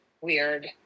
weird